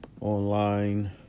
online